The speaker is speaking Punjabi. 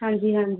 ਹਾਂਜੀ ਹਾਂਜੀ